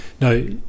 No